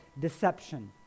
deception